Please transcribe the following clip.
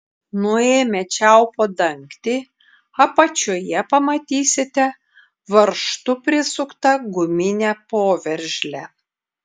nuėmę čiaupo dangtį apačioje pamatysite varžtu prisuktą guminę poveržlę